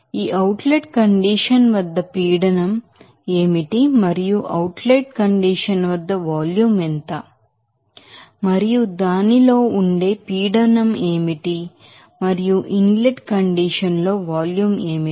ఆ outlet condition వద్ద pressure ఏమిటి మరియు ఆ అవుట్ లెట్ కండిషన్ వద్ద వాల్యూం ఎంత మరియు దానిలో ఉండే ప్రెషర్ ఏమిటి మరియు ఇన్ లెట్ కండిషన్ లో వాల్యూం ఏమిటి